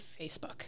Facebook